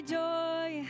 joy